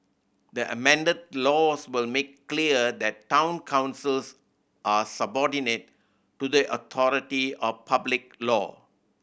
the amended laws will make clear that town councils are subordinate to the authority of public law